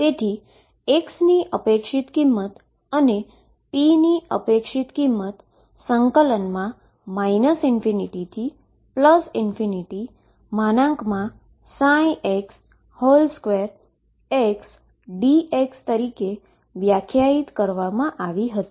તેથી x ની expectation વેલ્યુને અને p ની એક્સપેક્ટેશન વેલ્યુને ∞x2xdx તરીકે વ્યાખ્યાયિત કરવામાં આવી હતી